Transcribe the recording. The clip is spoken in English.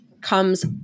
comes